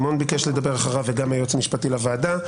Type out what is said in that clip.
דין אסי מסינג וגם גיל לימון ביקש לדבר אחריו וגם היועץ המשפטי לוועדה,